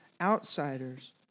outsiders